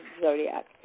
zodiac